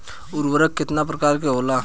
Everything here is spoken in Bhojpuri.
उर्वरक केतना प्रकार के होला?